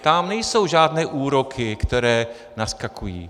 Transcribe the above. Tam nejsou žádné úroky, které naskakují.